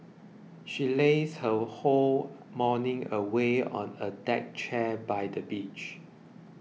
she lazed her whole morning away on a deck chair by the beach